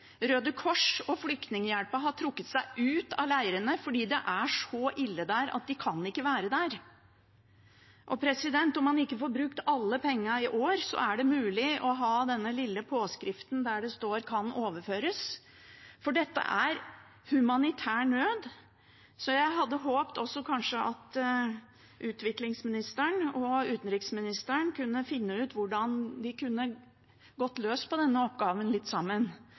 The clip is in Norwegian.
Røde Kors og Flyktninghjelpen har trukket seg ut av leirene fordi det er så ille der at de ikke kan være der. Om man ikke får brukt alle pengene i år, er det mulig å ha den lille påskriften der det står «kan overføres». Dette er humanitær nød, så jeg hadde håpet at kanskje utviklingsministeren og utenriksministeren kunne finne ut hvordan de kunne gå løs på denne oppgaven sammen.